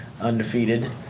undefeated